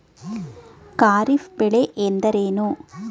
ಖಾರಿಫ್ ಬೆಳೆ ಎಂದರೇನು?